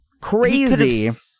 crazy